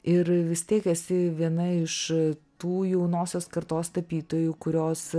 ir vis tiek esi viena iš tų jaunosios kartos tapytojų kurios